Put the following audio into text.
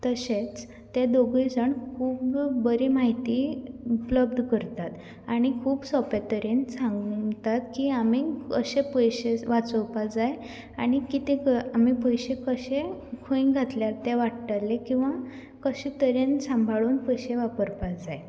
तशेच ते दोगूय जाण खूब बरी माहिती उपलब्द करतात आनी खूब सोंपे तरेन सांगतात की आमी कशे पयशे वाचोवपा जाय आनी कितें आमी पयशे कशे खंय घातल्यार ते वाडटले किंवा कशे तरेन सांभाळून पयशे वापरपाक जाय